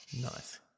Nice